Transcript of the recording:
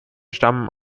stammen